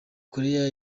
korea